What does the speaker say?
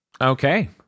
okay